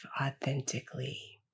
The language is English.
authentically